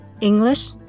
English